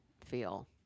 feel